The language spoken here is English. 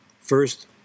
first